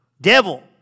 Devil